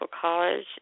college